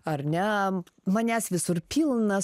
ar ne manęs visur pilna